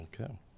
Okay